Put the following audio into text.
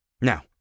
Now